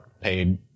paid